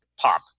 pop